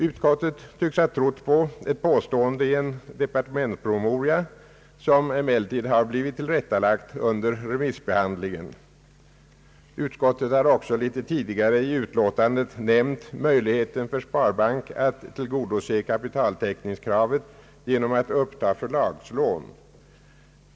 Utskottet tycks ha trott på ett påstående i en departementspromemoria, som emellertid har blivit tillrättalagt under remissbehandlingen. Utskottet har också litet tidigare i betänkandet nämnt möjligheten för sparbank att tillgodose kapitaltäckningskravet genom att uppta förlagslån.